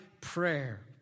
prayer